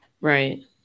Right